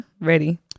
Ready